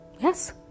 Yes